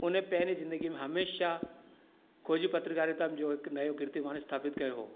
उन पहिरीं ज़िंदगी में हमेशह खोजी पत्रिकारिता में जो हिकु नयो किर्तीमान स्थापित कयो हो